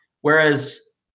Whereas